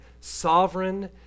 sovereign